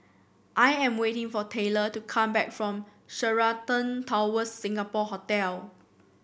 I am waiting for Taylor to come back from Sheraton Towers Singapore Hotel